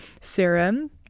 Serum